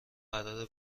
قراره